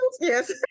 Yes